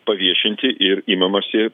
paviešinti ir imamasi